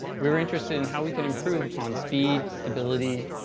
we were interested in how we could improve upon speed, stability,